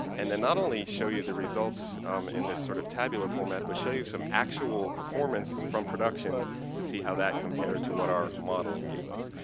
and then not only show you the results in this sort of tabular format but show you some actual performance from production to see how that compared to what our modeling gave us.